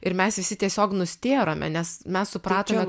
ir mes visi tiesiog nustėrome nes mes supratome